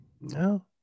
No